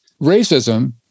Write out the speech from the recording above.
racism